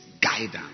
guidance